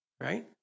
right